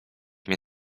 mnie